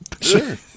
Sure